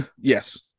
Yes